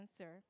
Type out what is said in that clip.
answer